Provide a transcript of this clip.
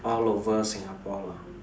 all over Singapore lah